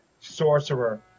sorcerer